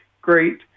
great